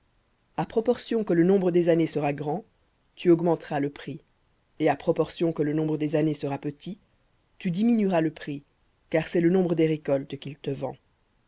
à proportion que le nombre des années sera grand tu augmenteras le prix et à proportion que le nombre des années sera petit tu diminueras le prix car c'est le nombre des récoltes qu'il te vend